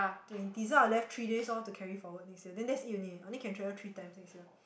twenty so I left three days lor to carry forward next year then that's it only only can travel three times next year